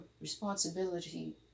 responsibility